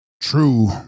True